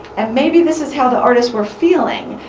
and maybe this is how the artists were feeling,